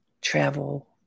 travel